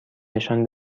نشان